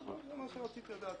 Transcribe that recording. זה מה שרציתי לדעת.